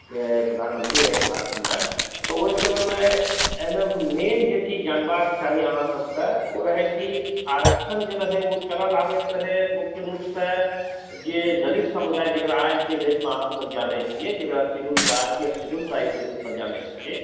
प्रधानमन्त्री रहथि भारतमे तऽ ओहि समयमे मेन जे कि जानबाक चाही अहाँसभकेँ ओ रहै कि आरक्षण जे रहै ओ चलल आबैत रहै मुख्य रूपसँ जे दलित समुदाय जकरा आइके डेटमे अहाँसभ जानैत छियै जेना शेड्यूल कास्ट या शेड्यूल ट्राइब के रूपमे जानैत छियै